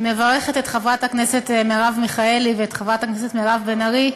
אני מברכת את חברת הכנסת מרב מיכאלי ואת חברת הכנסת מירב בן ארי,